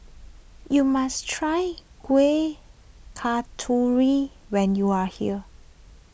you must try Kuih Kasturi when you are here